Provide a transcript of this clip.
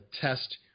test